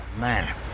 Man